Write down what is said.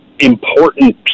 important